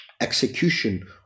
execution